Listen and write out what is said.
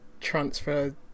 transfer